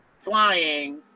flying